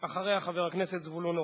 ואחריה, חבר הכנסת זבולון אורלב.